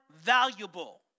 valuable